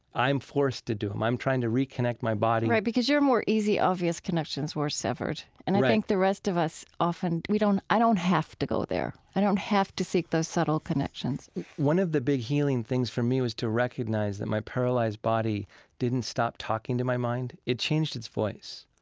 i am forced to do it. i am trying to reconnect my body, right, because your more easy, obvious connections were severed right and i think the rest of us often, we don't, i don't have to go there. i don't have to seek those subtle connections one of the big healing things for me was to recognize that my paralyzed body didn't stop talking to my mind. it changed its voice.